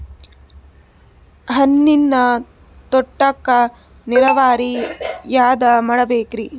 ಹಣ್ಣಿನ್ ತೋಟಕ್ಕ ನೀರಾವರಿ ಯಾದ ಮಾಡಬೇಕ್ರಿ?